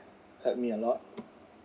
help me a lot